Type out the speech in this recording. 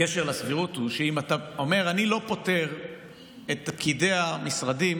הקשר לסבירות הוא שאתה אומר שאתה לא פוטר את פקידי המשרדים